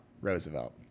Roosevelt